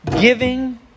giving